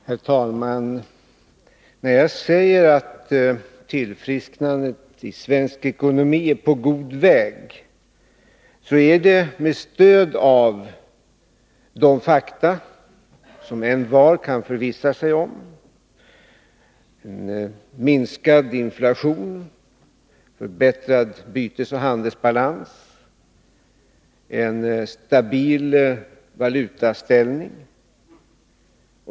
Herr talman! När jag säger att tillfrisknandet i svensk ekonomi är på god väg, stöder jag mig på de fakta som envar kan förvissa sig om — minskad inflation, förbättrad bytesoch handelsbalans samt en stabil valutaställning.